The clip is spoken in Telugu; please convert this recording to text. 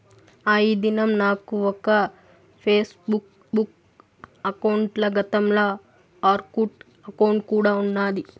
ఆ, ఈ దినం నాకు ఒక ఫేస్బుక్ బుక్ అకౌంటల, గతంల ఆర్కుట్ అకౌంటు కూడా ఉన్నాది